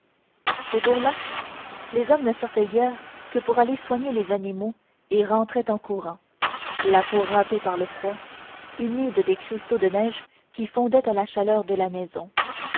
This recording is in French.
ces jours-là les hommes ne sortaient guère que pour aller soigner les animaux et rentraient en courant la peau râpée par le froid humide des cristaux de neige qui fondaient à la chaleur de la maison